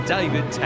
David